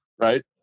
right